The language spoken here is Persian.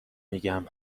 میگم